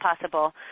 possible –